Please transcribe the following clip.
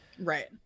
right